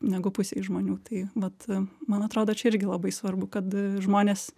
negu pusei žmonių tai vat man atrodo čia irgi labai svarbu kad žmonės